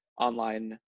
online